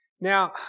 Now